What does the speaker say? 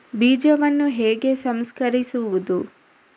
ಬೀಜವನ್ನು ಹೇಗೆ ಸಂಸ್ಕರಿಸುವುದು?